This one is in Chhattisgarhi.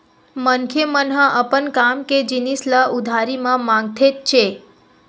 मनखे मन ह अपन काम के जिनिस ल उधारी म मांगथेच्चे